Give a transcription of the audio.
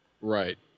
Right